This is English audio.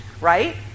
right